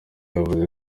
yavuze